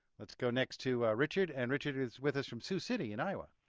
let's go next to richard. and richard is with us from sioux city in iowa.